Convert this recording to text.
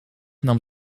nam